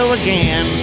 again